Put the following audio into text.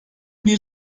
bir